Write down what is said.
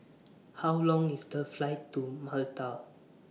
How Long IS The Flight to Malta